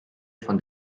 von